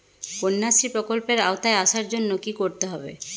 কন্যাশ্রী প্রকল্পের আওতায় আসার জন্য কী করতে হবে?